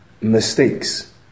mistakes